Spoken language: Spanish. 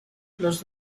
los